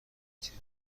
تیره